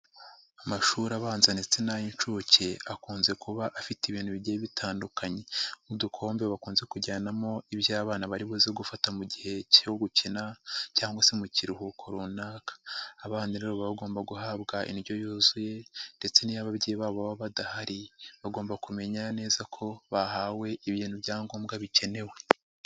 Amashuri abanza ndetse n'ay'incuke akunze kuba afite ibintu bigiye bitandukanye nk'udukombe bakunze kujyanamo ibyo abana baribuze gufata mu gihe cyo gukina cyangwa se mu kiruhuko runaka, abana rero bagomba guhabwa indyo yuzuye ndetse n'iyo ababyeyi babo baba badahari bagomba kumenya neza ko bahawe ibintu bya ngombwa bikenewe.